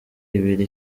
ibiri